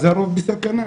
אז הרוב בסכנה.